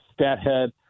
StatHead